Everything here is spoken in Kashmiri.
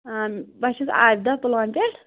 آ بہٕ چھَس عابِداہ پُلوامہِ پٮ۪ٹھ